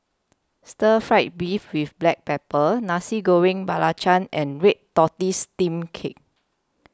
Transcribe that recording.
Stir Fry Beef with Black Pepper Nasi Goreng Belacan and Red Tortoise Steamed Cake